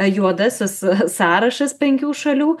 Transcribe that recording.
juodasis sąrašas penkių šalių